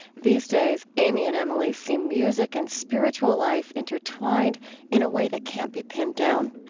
these days, amy and emily see music and spiritual life intertwined in a way that can't be pinned down